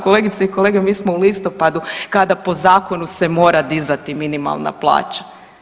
Kolegice i kolege, mi smo u listopadu kada po zakonu se mora dizati minimalna plaća.